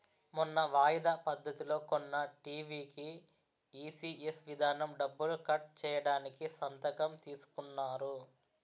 మొన్న వాయిదా పద్ధతిలో కొన్న టీ.వి కీ ఈ.సి.ఎస్ విధానం డబ్బులు కట్ చేయడానికి సంతకం తీసుకున్నారు